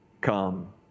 come